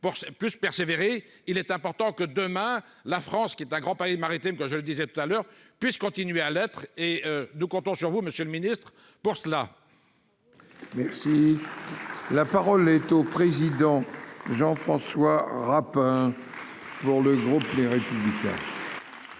pour plus persévérer, il est important que demain la France, qui est un grand palais maritime comme je le disais tout à l'heure, puisse continuer à l'être et nous comptons sur vous Monsieur le Ministre pour cela. Merci, la parole est au président Jean-François Rapin pour le groupe. Monsieur